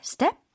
Step